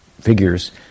figures